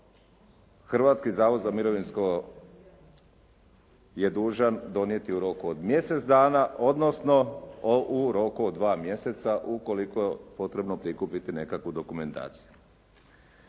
Hrvatski zavod za mirovinsko je dužan donijeti u roku od mjesec dana odnosno u roku od dva mjeseca ukoliko potrebno prikupiti nekakvu dokumentaciju.